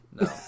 No